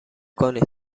کنید